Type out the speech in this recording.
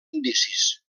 indicis